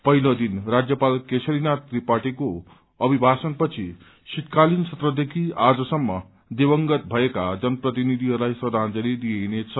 पहिलो दिन राज्यपाल केशरीनाथ त्रिपाठीको अभिभाषणपछि शीतकालिन सत्रदेखि आजसम्म दिवंगत भएका जनप्रतिनिधिहरूलाई श्रद्धांजलि दिइनेछ